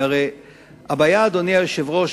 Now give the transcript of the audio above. אדוני היושב-ראש,